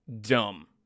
dumb